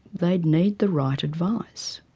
they'd need the right advice.